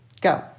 Go